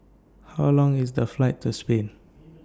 How Long IS The Flight to Spain